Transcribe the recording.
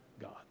God